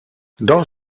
dans